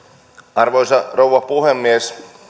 arvoisa rouva puhemies